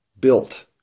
built